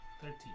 Thirteen